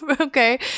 Okay